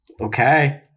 Okay